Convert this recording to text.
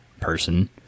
person